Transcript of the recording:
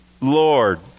Lord